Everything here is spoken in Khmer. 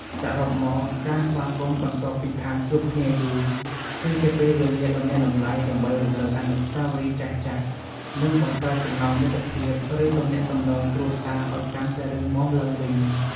សរុបមក ការស្វាគមន៍បន្ទាប់ពីខានជួបគ្នាយូរ គឺជាពេលវេលាដ៏មានតម្លៃដើម្បីរំលឹកអនុស្សាវរីយ៍ចាស់ៗ និងបង្កើតចំណងមិត្តភាព ឬទំនាក់ទំនងគ្រួសារឱ្យកាន់តែរឹងមាំឡើងវិញ។